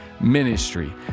Ministry